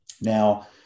Now